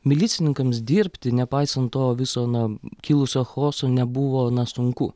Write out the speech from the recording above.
milicininkams dirbti nepaisant to viso na kilusio chaoso nebuvo sunku